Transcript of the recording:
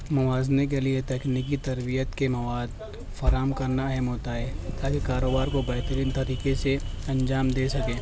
موازنے کے لیے تکنیکی تربیت کے مواد فراہم کرنا اہم ہوتا ہے تا کہ کاروبار کو بہترین طریقے سے انجام دے سکیں